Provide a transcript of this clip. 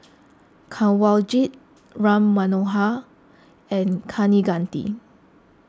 Kanwaljit Ram Manohar and Kaneganti